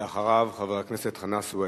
אחריו, חבר הכנסת חנא סוייד.